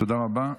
תודה רבה.